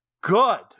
good